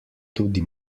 tudi